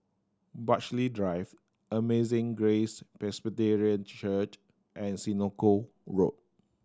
Burghley Drive Amazing Grace Presbyterian Church and Senoko Road